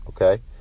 Okay